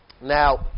Now